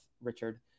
Richard